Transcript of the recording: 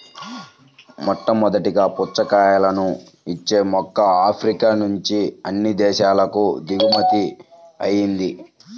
మొట్టమొదటగా పుచ్చకాయలను ఇచ్చే మొక్క ఆఫ్రికా నుంచి అన్ని దేశాలకు దిగుమతి అయ్యింది